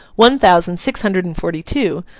one thousand six hundred and forty-two,